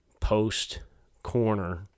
post-corner